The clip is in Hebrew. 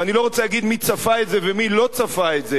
ואני לא רוצה להגיד מי צפה את זה ומי לא צפה את זה,